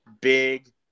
big